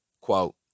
Quote